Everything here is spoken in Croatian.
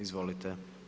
Izvolite.